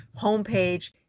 Homepage